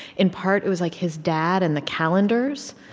in part, it was like his dad and the calendars.